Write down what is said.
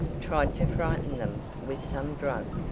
tried to frighten them with some drug,